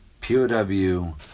POW